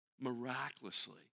Miraculously